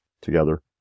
together